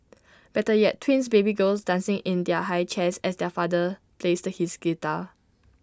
better yet twins baby girls dancing in their high chairs as their father plays his guitar